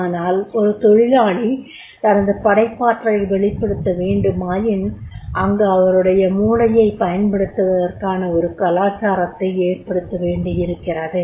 ஆனால் ஒரு தொழிலாளி தனது படைப்பாற்றலை வெளிப்படுத்த வேண்டுமாயின் அங்கு அவருடைய மூளையைப் பயன்படுத்துவதற்கான ஒரு கலாச்சாரத்தை ஏற்படுத்த வேண்டியிருக்கிறது